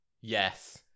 Yes